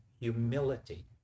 humility